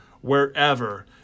wherever